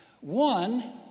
One